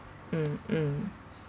mm mm